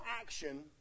action